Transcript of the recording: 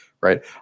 right